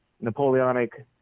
Napoleonic